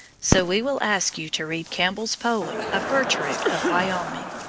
so we will ask you to read campbell's poem of gertrude of wyoming.